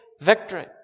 victory